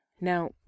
Now